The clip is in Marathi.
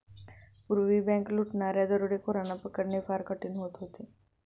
पूर्वी बँक लुटणाऱ्या दरोडेखोरांना पकडणे फार कठीण होत होते